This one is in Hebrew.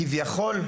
כביכול,